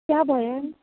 त्या भंयान